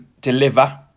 deliver